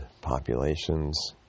populations